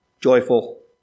joyful